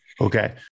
Okay